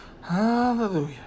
hallelujah